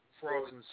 frozen